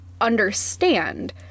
understand